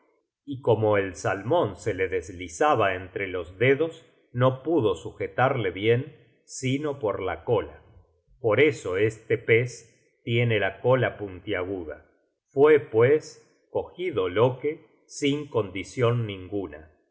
y como el salmon se le deslizaba entre los dedos no pudo sujetarle bien sino por la cola por eso este pez tiene la cola puntiaguda fue pues cogido loke sin condicion ninguna